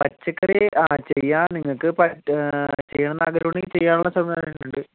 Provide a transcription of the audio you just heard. പച്ചക്കറി ആഹ് ചെയ്യാൻ നിങ്ങൾക്ക് പറ്റുമോ ചെയ്യണം എന്ന് ആഗ്രഹം ഉണ്ടെങ്കില് ചെയ്യാനുള്ള സൗകര്യം ഉണ്ട്